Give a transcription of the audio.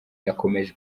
yakomeje